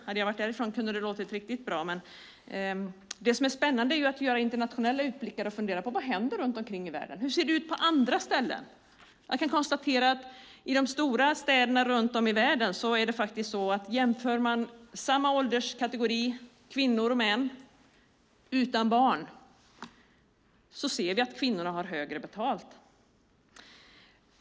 Hade jag varit därifrån kunde det ha låtit riktigt bra. Det som är spännande är att vi har internationella utblickar att fundera på. Vad händer runt omkring i världen? Hur ser det ut på andra ställen? Jämför man samma ålderskategori kvinnor och män utan barn i de stora städerna runt om i världen med Sverige kan vi konstatera att kvinnorna har högre lön.